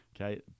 Okay